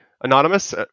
anonymous